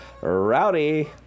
Rowdy